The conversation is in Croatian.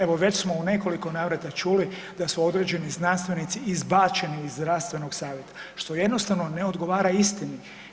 Evo već smo u nekoliko navrata čuli da su određeni znanstvenici izbačeni iz zdravstvenog savjeta što jednostavno ne odgovara istini.